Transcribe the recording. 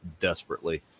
desperately